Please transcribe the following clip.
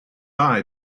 eye